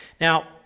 Now